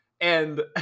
and-